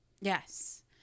Yes